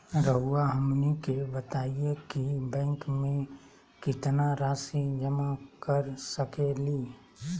रहुआ हमनी के बताएं कि बैंक में कितना रासि जमा कर सके ली?